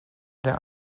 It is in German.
der